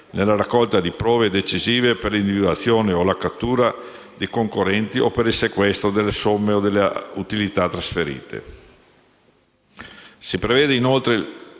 nella raccolta di prove decisive per l'individuazione o la cattura dei concorrenti o per il sequestro delle somme o altre utilità trasferite.